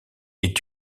est